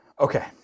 Okay